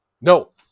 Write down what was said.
No